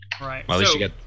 Right